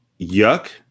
yuck